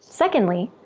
secondly,